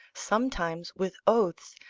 sometimes with oaths,